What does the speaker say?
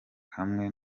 hamwe